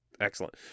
Excellent